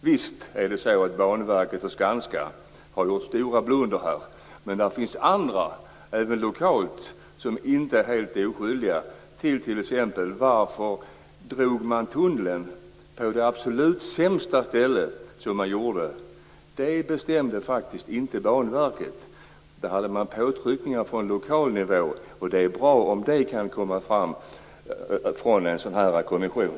Visst är det så att Banverket och Skanska har gjort stora blundrar här, men det finns också andra, även lokalt, som inte är helt oskyldiga när det gäller t.ex. varför man drog tunneln på det absolut sämsta stället. Det bestämde faktiskt inte Banverket. Där fanns det påtryckningar på lokal nivå. Det är bra om det kan komma fram från en sådan här kommission.